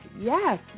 yes